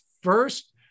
first